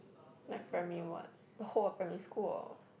like primary what the whole of primary school or